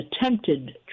attempted